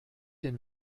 den